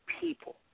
people